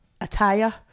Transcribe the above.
attire